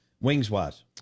wings-wise